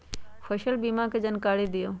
फसल बीमा के जानकारी दिअऊ?